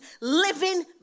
living